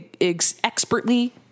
expertly